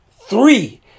Three